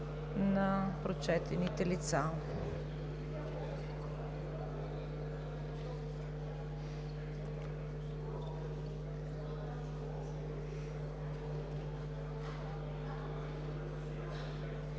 на прочетените лица.